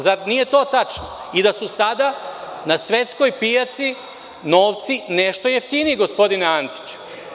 Zar nije to tačno i da su sada na svetskoj pijaci novci nešto jeftiniji, gospodine Antiću?